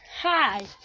hi